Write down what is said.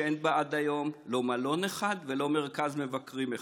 שאין בה עד היום לא מלון אחד ולא מרכז מבקרים אחד.